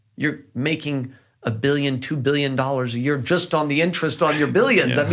you're making a billion, two billion dollars a year, just on the interest on your billions. i mean,